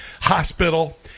hospital